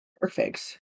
perfect